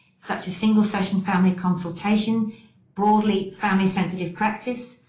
such as single-session family consultation broadly, family sensitive practice,